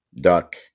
duck